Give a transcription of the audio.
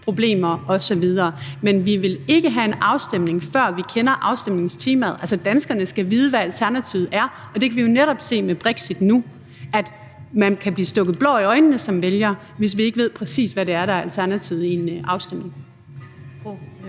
problemer osv. Men vi vil ikke have en afstemning, før vi kender afstemningstemaet. Altså, danskerne skal vide, hvad alternativet er. Og vi kan jo netop se med brexit nu, at man kan blive stukket blår i øjnene som vælger, hvis man ikke ved, præcis hvad det er, der er alternativet ved en afstemning.